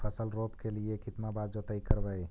फसल रोप के लिय कितना बार जोतई करबय?